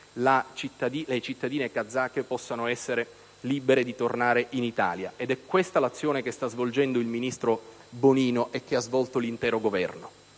le cittadine kazake possano essere libere di tornare in Italia. È questa l'azione che sta svolgendo il ministro Bonino e che ha svolto l'intero Governo.